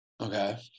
okay